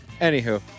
Anywho